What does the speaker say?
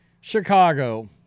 Chicago